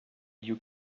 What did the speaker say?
you